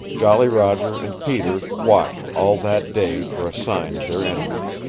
jolly roger and peter watched all that day for a sign of their enemy.